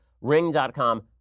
Ring.com